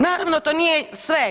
Naravno to nije sve.